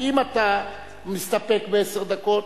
אם אתה מסתפק בעשר דקות,